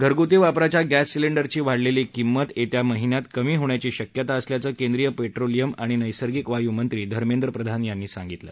घरगुती वापराच्या गॅस सिलेंडरची वाढलेली किमत येत्या महिन्यात कमी होण्याची शक्यता असल्याचं केंद्रीय पेट्रोलियम आणि नैर्सगिक वायू मंत्री धर्मेंद्र प्रधान यांनी सांगितलं